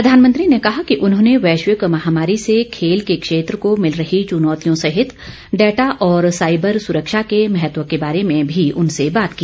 प्रधानमंत्री ने कहा कि उन्होंने वैश्विक महामारी से खेल के क्षेत्र को मिल रही चुनौतियों सहित डेटा और साइबर सुरक्षा के महत्व के बारे में भी उनसे बात की